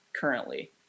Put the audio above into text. currently